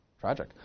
tragic